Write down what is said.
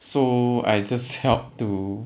so I just help to